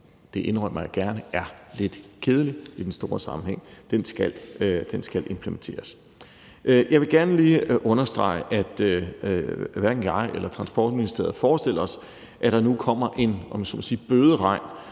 det indrømmer jeg gerne – er lidt kedelig i den store sammenhæng. Den skal implementeres. Jeg vil gerne lige understrege, at hverken jeg eller Transportministeriet forestiller os, at der nu kommer en, om jeg